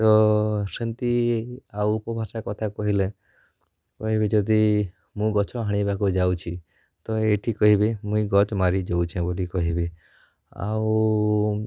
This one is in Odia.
ତ ସେନ୍ତି ଆଉ ଉପଭାଷା କଥା କହିଲେ କହିବି ଯଦି ମୁଁ ଗଛ ହାଣିବାକୁ ଯାଉଛି ତ ଏଇଠି କହିବେ ମୁଇଁ ଗଛ ମାରି ଯାଉଛେ ବୋଲି କହିବେ ଆଉ